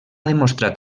demostrat